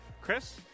Chris